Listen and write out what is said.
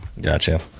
Gotcha